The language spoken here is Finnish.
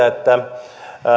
että